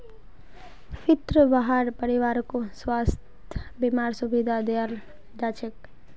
फ्रीत वहार परिवारकों स्वास्थ बीमार सुविधा दियाल जाछेक